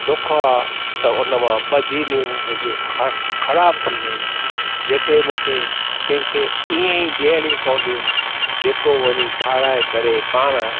दुख आ त हुन मां ॿ जीनियूं मुंहिंजियूं ख ख़राब थी वयूं जेके मूंखे किंहिं खे ईअं ई ॾियणी पवंदियूं जेको वरी ठाराए करे पाण